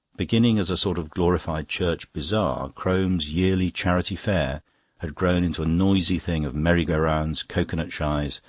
beginning as a sort of glorified church bazaar, crome's yearly charity fair had grown into a noisy thing of merry-go-rounds, cocoanut shies,